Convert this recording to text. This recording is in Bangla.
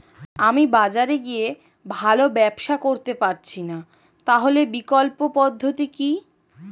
আমি বাজারে গিয়ে ভালো ব্যবসা করতে পারছি না তাহলে বিকল্প পদ্ধতি কি?